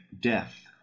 death